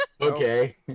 Okay